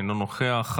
אינו נוכח.